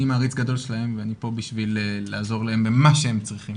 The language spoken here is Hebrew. אני מעריץ גדול שלהם ואני פה בשביל לעזור להם במה שהם צריכים,